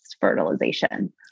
fertilization